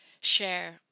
share